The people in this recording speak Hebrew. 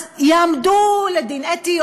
אז יעמדו לדין אתי,